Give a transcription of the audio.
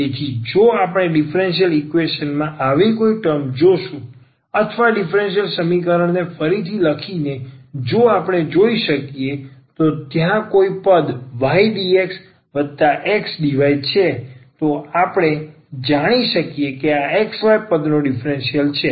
તેથી જો આપણે ડિફરન્સલ ઇક્વેશન માં આવી કોઈ ટર્મ જોશું અથવા ડિફરન્સલ સમીકરણ ને ફરીથી લખીને જો આપણે જોઈ શકીએ કે ત્યાં કોઈ પદ ydxxdy છે તો આપણે જાણી શકીએ કે આ xy પદનો ડીફરન્સીયલ છે